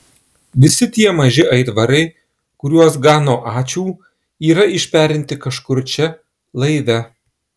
visi tie maži aitvarai kuriuos gano ačiū yra išperinti kažkur čia laive